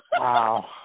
Wow